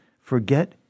forget